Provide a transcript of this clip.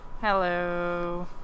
Hello